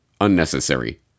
unnecessary